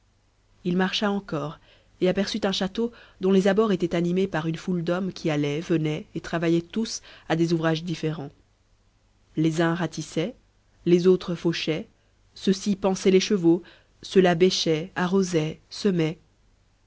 il marcha encore et aperçut un château dont les abords étaient animés par une foule d'hommes qui allaient venaient et travaillaient tous à des ouvrages différents les uns ratissaient les autres fauchaient ceux-ci pansaient les chevaux ceux-là bêchaient